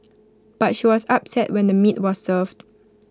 but she was upset when the meat was served